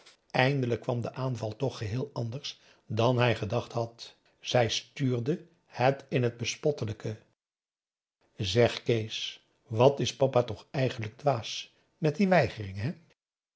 eindelijk kwam de aanval doch geheel anders dan hij gedacht had zij stuurde het in t bespottelijke zeg kees wat is papa toch eigenlijk dwaas met die weigering hè